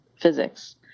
physics